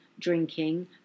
Drinking